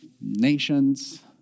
nations